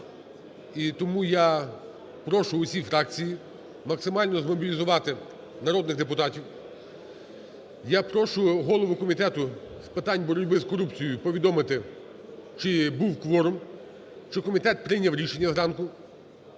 тому я прошу усі фракції максимально змобілізувати народних депутатів. Я прошу голову Комітету з питань боротьби з корупцією повідомити, чи був кворум, чи комітет прийняв рішення зранку.